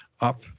up